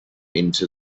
into